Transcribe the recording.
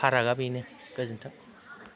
फारागा बेनो गोजोनथों